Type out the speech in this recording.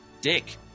dick